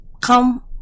come